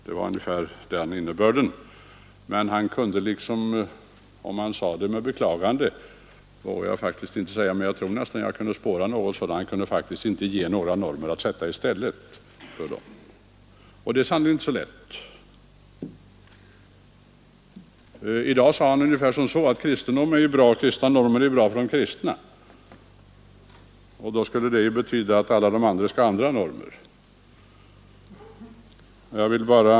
Han kunde inte heller ge några andra normer att sätta i stället — om han nu uttryckte detta med beklagande vågar jag faktiskt inte säga bestämt, men jag tror att jag kunde spåra något sådant. Det är sannerligen inte så lätt att komma med nya normer. I dag sade herr Geijer ungefär så här, att kristna normer är nog bra för de kristna. Då skulle det ju betyda att alla andra skall ha andra normer.